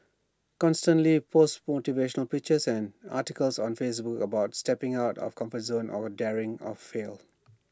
constantly post motivational pictures and articles on Facebook about stepping out of comfort zone or daring of fail